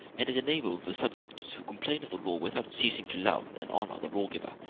and it enabled the subject to complain of the law without ceasing to love and honor the lawgiver.